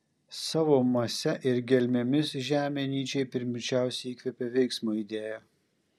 savo mase ir gelmėmis žemė nyčei pirmučiausiai įkvepia veiksmo idėją